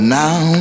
now